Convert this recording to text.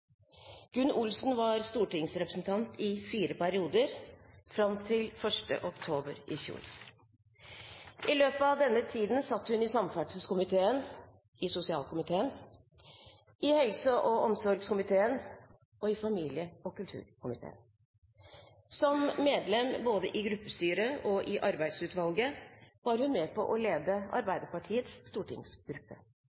Gunn Olsen var stortingsrepresentant i fire perioder, fram til 1. oktober i fjor. I løpet av denne tiden satt hun i samferdselskomiteen, i sosialkomiteen, i helse- og omsorgskomiteen og i familie- og kulturkomiteen. Som medlem både i gruppestyret og i arbeidsutvalget var hun med på å lede